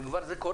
וזה כבר קורה,